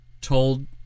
told